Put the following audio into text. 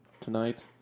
tonight